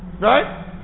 Right